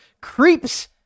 creeps